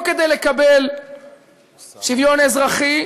לא כדי לקבל שוויון אזרחי,